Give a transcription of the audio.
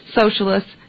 socialists